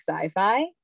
sci-fi